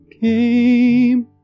came